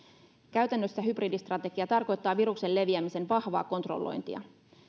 käytännössä hybridistrategia tarkoittaa viruksen leviämisen vahvaa kontrollointia